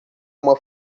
uma